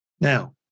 Now